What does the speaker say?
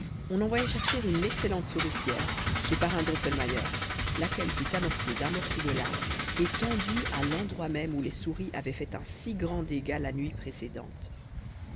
on envoya chercher une excellente souricière chez parrain drosselmayer laquelle fut amorcée d'un morceau de lard et tendue à l'endroit même où les souris avaient fait un si grand dégât la nuit précédente